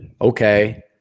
okay